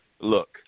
Look